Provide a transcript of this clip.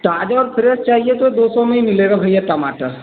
ताज़े और फ़्रेश चाहिए तो दो सौ में ही मिलेगा भैया टमाटर